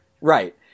Right